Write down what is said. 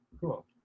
cool